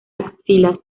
axilas